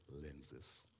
lenses